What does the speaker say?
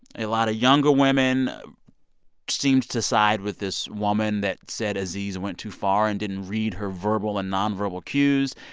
a lot of younger women seemed to side with this woman that said aziz went too far and didn't read her verbal and nonverbal cues.